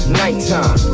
nighttime